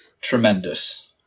tremendous